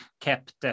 kept